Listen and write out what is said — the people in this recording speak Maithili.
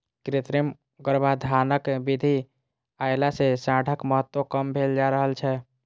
कृत्रिम गर्भाधानक विधि अयला सॅ साँढ़क महत्त्व कम भेल जा रहल छै